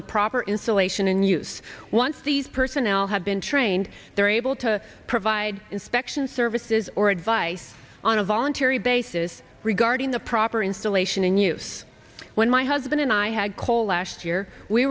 the proper insulation and use once these personnel have been trained they're able to provide inspection services or advice on a voluntary basis regarding the proper installation in use when my husband and i had coal last year we